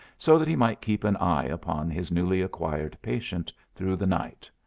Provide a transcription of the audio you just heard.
so that he might keep an eye upon his newly acquired patient through the night,